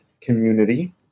community